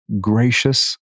gracious